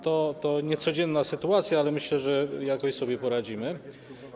To niecodzienna sytuacja, ale myślę, że jakoś sobie poradzimy.